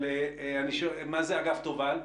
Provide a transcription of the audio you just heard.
מה זה אגף תובל?